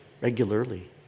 Regularly